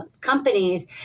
companies